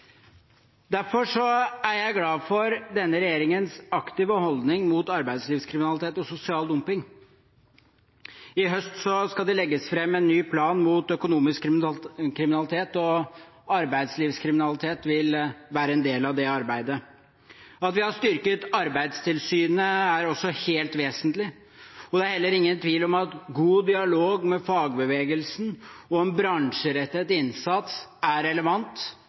Derfor er jeg glad for denne regjeringens aktive holdning mot arbeidslivskriminalitet og sosial dumping. I høst skal det legges fram en ny plan mot økonomisk kriminalitet, og arbeidslivskriminalitet vil være en del av det arbeidet. At vi har styrket Arbeidstilsynet er også helt vesentlig. Det er heller ingen tvil om at god dialog med fagbevegelsen og en bransjerettet innsats er relevant,